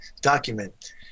document